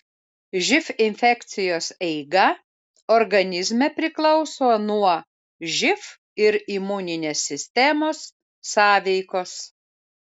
živ infekcijos eiga organizme priklauso nuo živ ir imuninės sistemos sąveikos